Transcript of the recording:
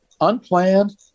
unplanned